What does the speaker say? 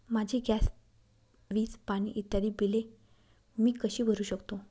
माझी गॅस, वीज, पाणी इत्यादि बिले मी कशी भरु शकतो?